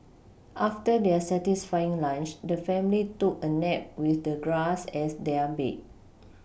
after their satisfying lunch the family took a nap with the grass as their bed